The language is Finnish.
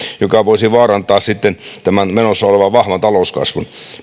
joka voisi vaarantaa tämän menossa olevan vahvan talouskasvun